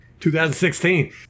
2016